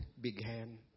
began